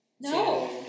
No